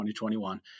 2021